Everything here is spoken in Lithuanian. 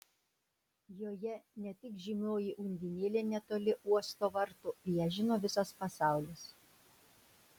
joje ne tik žymioji undinėlė netoli uosto vartų ją žino visas pasaulis